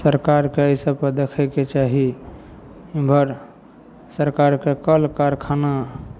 सरकारके अइ सबके देखयके चाही उमहर सरकारके कल कारखाना